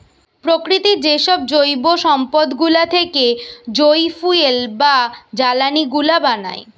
প্রকৃতির যেসব জৈব সম্পদ গুলা থেকে যই ফুয়েল বা জ্বালানি গুলা বানায়